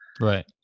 right